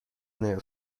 نیاد